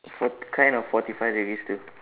fort~ kind of forty five degrees too